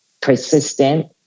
persistent